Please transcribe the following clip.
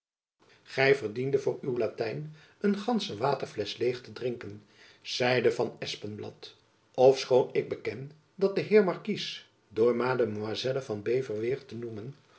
gy verdiendet voor uw latijn een gandsche waterflesch leêg te drinken zeide van espenblad ofschoon ik beken dat de heer markies door mademoiselle van beverweert te noemen